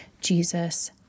Jesus